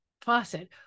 faucet